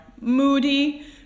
moody